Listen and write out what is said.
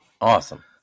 Awesome